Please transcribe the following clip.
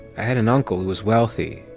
i had an uncle who was wealthy.